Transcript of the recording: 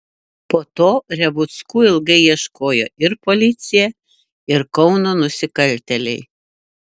po to revuckų ilgai ieškojo ir policija ir kauno nusikaltėliai